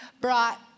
brought